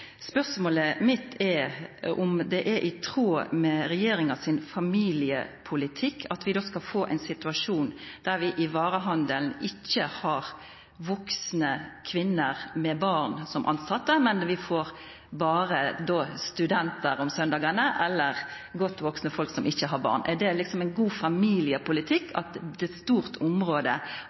Spørsmålet mitt er om det er i tråd med regjeringa sin familiepolitikk at vi skal få ein situasjon i varehandelen der vi ikkje har vaksne kvinner med barn som tilsette, men berre studentar om søndagane eller godt vaksne folk som ikkje har barn. Er det ein god familiepolitikk at på eit stort område